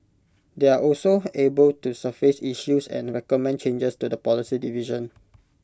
they are also able to surface issues and recommend changes to the policy division